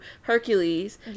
Hercules